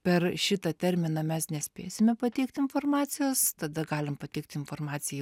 per šitą terminą mes nespėsime pateikt informacijos tada galim pateikti informaciją